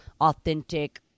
authentic